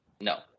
No